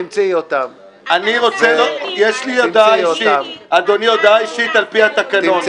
יש לי הודעה אישית, על פי התקנון.